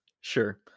sure